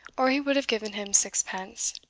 or he would have given him sixpence